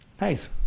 Nice